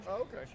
Okay